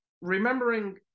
remembering